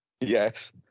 Yes